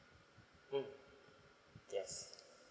mm yes